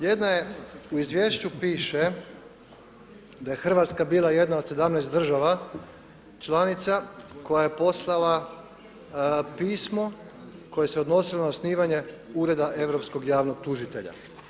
Jedna je, u izvješću piše da je Hrvatska bila jedna od 17 država članica koja je poslala pismo koje se odnosilo na osnivanje Ureda europskog javnog tužitelja.